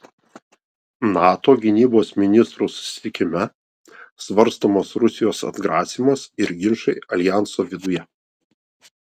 nato gynybos ministrų susitikime svarstomas rusijos atgrasymas ir ginčai aljanso viduje